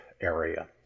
area